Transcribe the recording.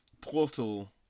portal